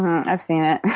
i've seen it.